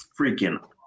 freaking